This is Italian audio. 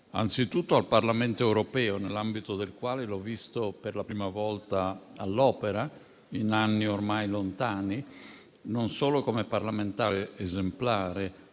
anzitutto al Parlamento europeo, nell'ambito del quale l'ho visto per la prima volta all'opera in anni ormai lontani, non solo come parlamentare esemplare,